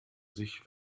sich